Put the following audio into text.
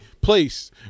place